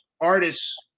artists